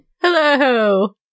Hello